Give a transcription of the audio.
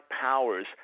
powers